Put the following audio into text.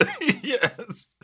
Yes